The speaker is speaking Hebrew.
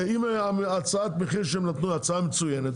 אם הצעת המחיר שהם נתנו היא הצעה מצוינת,